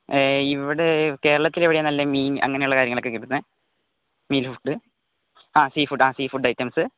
ആ ഈ ഇവിടെ കേരളത്തിലെവിടേയാണ് നല്ല മീൻ അങ്ങനെയുള്ള കാര്യങ്ങളൊക്കെ കിട്ടുന്നത് മീൽഫുഡ് ആ സീഫുഡ് സീഫുഡ് ഐറ്റംസ്